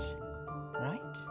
Right